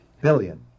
Billion